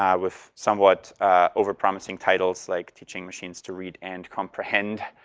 um with somewhat over-promising titles, like teaching machines to read and comprehend.